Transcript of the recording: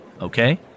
okay